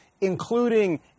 including